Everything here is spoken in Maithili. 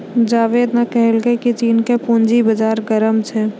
जावेद ने कहलकै की चीन के पूंजी बाजार गर्म छै